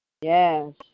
Yes